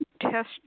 test